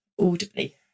audibly